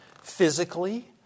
physically